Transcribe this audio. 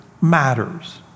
matters